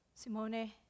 Simone